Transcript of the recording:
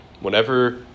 Whenever